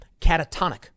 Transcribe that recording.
catatonic